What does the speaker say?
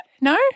No